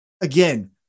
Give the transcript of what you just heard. again